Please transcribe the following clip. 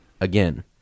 again